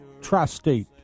Tri-State